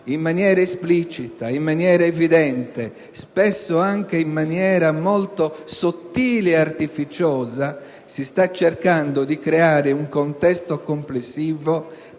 In maniera esplicita ed evidente, spesso anche in maniera molto sottile ed artificiosa, si sta cercando di creare un contesto complessivo